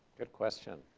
good question.